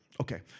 Okay